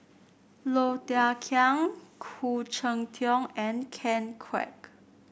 Low Thia Khiang Khoo Cheng Tiong and Ken Kwek